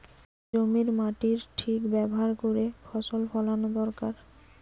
জমির মাটির ঠিক ব্যাভার কোরে ফসল ফোলানো দোরকার